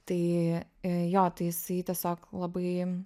tai jo tai jisai tiesiog labai